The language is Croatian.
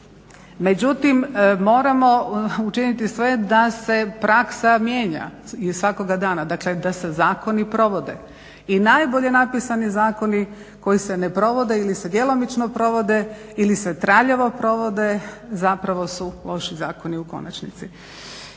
Međutim, moramo učiniti sve da se praksa mijenja i svakoga dana. Dakle, da se zakoni provode. I najbolji napisani zakoni koji se ne provode ili se djelomično provode ili se traljavo provode zapravo su loši zakoni u konačnici.